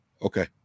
Okay